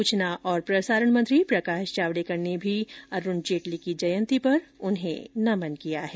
सूचना और प्रसारण मंत्री प्रकाश जावड़ेकर ने भी अरूण जेटली की जयंती पर उन्हें नमन किया है